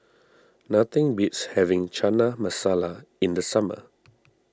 nothing beats having Chana Masala in the summer